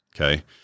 Okay